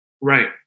Right